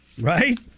right